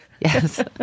Yes